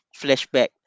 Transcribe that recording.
flashback